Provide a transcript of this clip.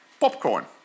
popcorn